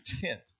tent